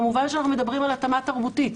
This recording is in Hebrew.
כמובן שאנחנו מדברים על התאמה תרבותית,